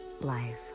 life